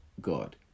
God